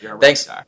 Thanks